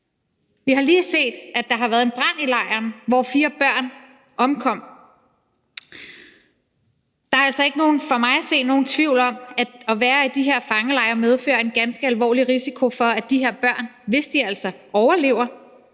vi har lige set, at der har været en brand i lejren, hvor 4 børn omkom. Der er altså for mig at se ikke nogen tvivl om, at det, at de her børn er i de her fangelejre, medfører en ganske alvorlig risiko for, at de, hvis de altså overlever,